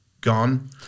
gone